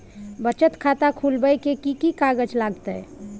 बचत खाता खुलैबै ले कि की कागज लागतै?